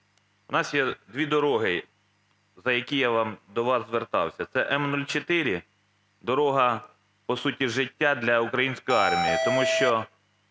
У нас є дві дороги, за які я до вас звертався. Це М-04, дорога, по суті, життя для української армії,